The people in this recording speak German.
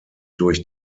durch